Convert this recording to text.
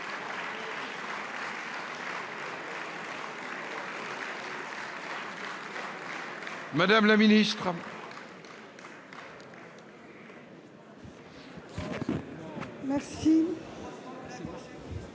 madame la ministre